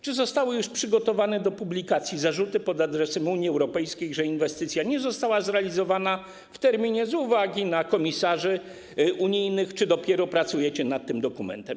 Czy zostały już przygotowane do publikacji zarzuty pod adresem Unii Europejskiej, że inwestycja nie została zrealizowana w terminie z uwagi na komisarzy unijnych, czy dopiero pracujecie nad tym dokumentem?